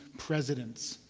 presidents.